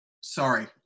Sorry